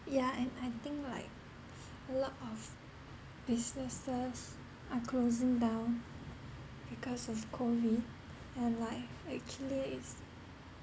yeah and I think like a lot of businesses are closing down because of COVID and life actually is